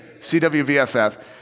CWVFF